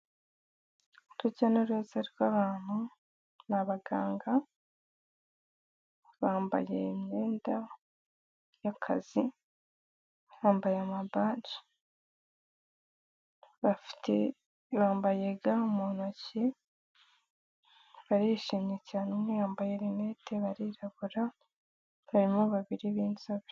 urujya n'uruza rw'abantu ni abaganga bambaye imyenda y'akazi, bambaye ama baji bafite bambaye ga mu ntoki, barishimye cyane umwe yambaye rinete barirabura harimo babiri b'inzobe.